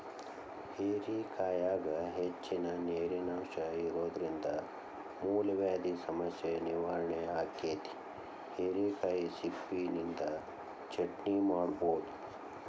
ಹೇರೆಕಾಯಾಗ ಹೆಚ್ಚಿನ ನೇರಿನಂಶ ಇರೋದ್ರಿಂದ ಮೂಲವ್ಯಾಧಿ ಸಮಸ್ಯೆ ನಿವಾರಣೆ ಆಕ್ಕೆತಿ, ಹಿರೇಕಾಯಿ ಸಿಪ್ಪಿನಿಂದ ಚಟ್ನಿ ಮಾಡಬೋದು